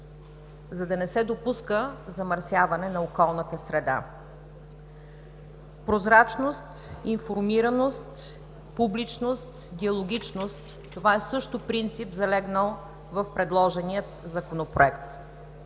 за да не се допуска замърсяване на околната среда. Прозрачност, информираност, публичност, диалогичност – това също е принцип, залегнал в предложения Законопроект.